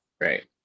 Right